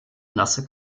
nasse